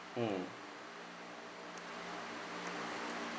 mm